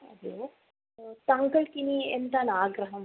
അതെ താങ്കൾക്ക് ഇനി എന്താണാഗ്രഹം